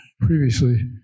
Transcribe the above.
previously